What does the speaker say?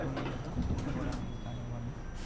కూలీలకి డబ్బులు ఇవ్వడానికి కానివ్వండి